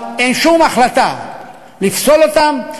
אבל אין שום החלטה לפסול אותם.